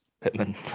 Pittman